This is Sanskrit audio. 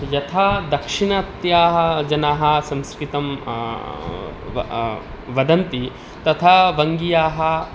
यथा दाक्षिणात्याः जनाः संस्कृतं व वदन्ति तथा वङ्ग्याः